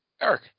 Eric